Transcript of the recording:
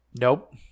nope